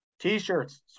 T-shirts